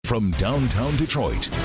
from downtown detroit,